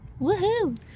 woohoo